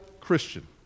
Christian